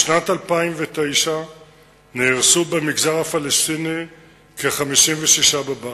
בשנת 2009 נהרסו במגזר הפלסטיני כ-56 בב"חים.